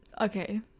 Okay